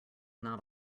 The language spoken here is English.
not